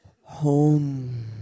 home